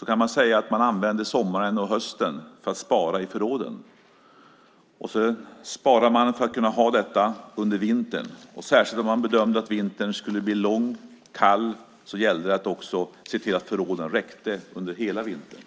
Vi kan säga att man använde sommaren och hösten för att spara i förråden. Man sparar för att kunna ha detta under vintern. Särskilt om man bedömde att vintern skulle bli lång och kall gällde det att se till att förråden räckte under hela vintern.